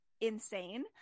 insane